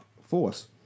force